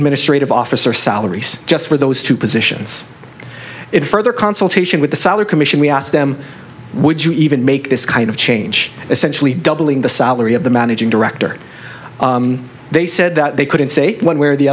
administrative officer salaries just for those two positions it further consultation with the salary commission we asked them would you even make this kind of change essentially doubling the salary of the managing director they said that they couldn't say one way or the